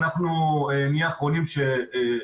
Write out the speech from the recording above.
אנחנו נהיה האחרונים שנתנגד.